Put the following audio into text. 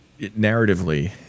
narratively